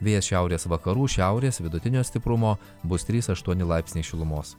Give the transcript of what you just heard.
vėjas šiaurės vakarų šiaurės vidutinio stiprumo bus trys aštuoni laipsniai šilumos